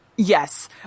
yes